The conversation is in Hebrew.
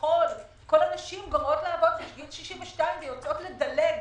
כביכול כל הנשים מסיימות לעבוד בגיל 62 ויוצאות לדלג